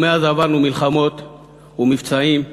ומאז עברנו מלחמות ומבצעים,